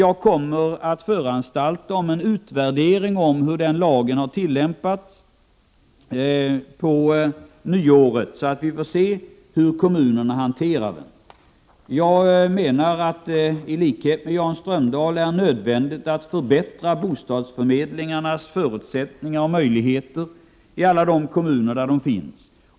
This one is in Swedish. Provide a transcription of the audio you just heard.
Jag kommer på nyåret att föranstalta om en utvärdering av hur lagen har tillämpats. Jag menar, i likhet med Jan Strömdahl, att det är nödvändigt att förbättra bostadsförmedlingarnas förutsättningar och möjligheter i alla de kommuner där de finns.